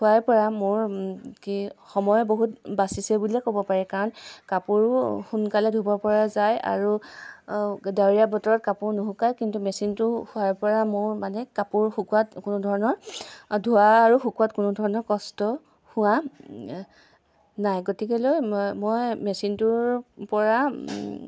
হোৱাৰ পৰা মোৰ কি সময় বহুত বাচিছে বুলিয়ে ক'ব পাৰি কাৰণ কাপোৰো সোনকালে ধুব পৰা যায় আৰু ডাৱৰীয়া বতৰত কাপোৰ নুশুকাই কিন্তু মেচিনটো হোৱাৰ পৰা মোৰ মানে কাপোৰ শুকুৱাত কোনো ধৰণৰ ধোৱা আৰু শুকুৱাত কোনোধৰণৰ কষ্ট হোৱা নাই গতিকে মই মেচিনটোৰ পৰা